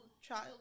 child